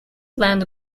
land